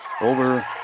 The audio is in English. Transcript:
over